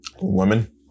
women